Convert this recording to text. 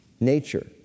nature